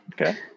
Okay